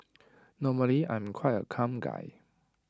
normally I'm quite A calm guy